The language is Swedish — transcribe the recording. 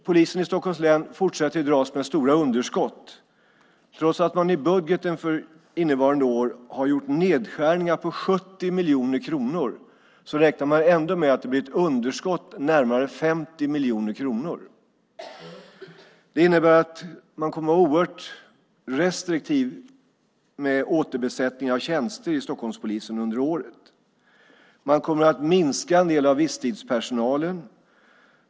Polisen i Stockholms län fortsätter att dras med stora underskott. Trots att man i budgeten för innevarande år har gjort nedskärningar på 70 miljoner kronor räknar man ändå med att det blir ett underskott på närmare 50 miljoner kronor. Det innebär att man kommer att vara oerhört restriktiv med återbesättning av tjänster i Stockholmspolisen under året. Man kommer att minska en del av visstidspersonalen.